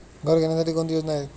घर घेण्यासाठी कोणती योजना आहे?